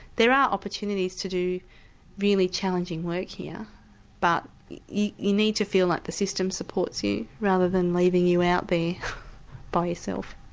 there are opportunities to do really challenging work here but you need to feel like the system supports you rather than leaving you out there by yourself.